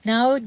Now